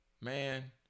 man